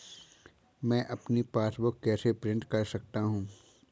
मैं अपनी पासबुक कैसे प्रिंट कर सकता हूँ?